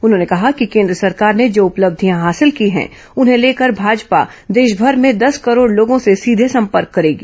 उन्होंने कहा कि केन्द्र सरकार ने जो उपलब्धियां हासिल की हैं उन्हें लेकर भाजपा देशभर में दस करोड़ लोगों से सीधे संपर्क करेगी